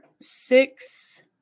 six